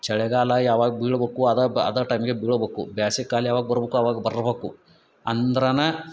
ಚಳಿಗಾಲ ಯಾವಾಗ ಬೀಳಬೇಕು ಅದು ಅದು ಟೈಮಿಗೆ ಬೀಳ್ಬೇಕು ಬ್ಯಾಸಿಗೆ ಕಾಲ ಯಾವಾಗ ಬರ್ಬೇಕು ಅವಾಗ ಬರ್ಬೇಕು ಅಂದ್ರೇನ